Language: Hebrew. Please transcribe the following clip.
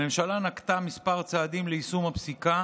הממשלה נקטה כמה צעדים ליישום הפסיקה